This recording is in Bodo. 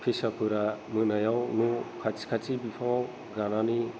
फेसाफोरा मोनायाव न' खाथि खाथि बिफाङाव गानानै